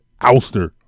ouster